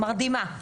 את מרדימה.